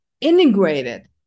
integrated